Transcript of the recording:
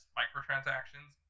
microtransactions